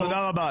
תודה רבה,